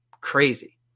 Crazy